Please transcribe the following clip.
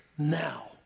now